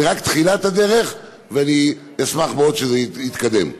זו רק תחילת הדרך, ואני אשמח מאוד שזה יתקדם.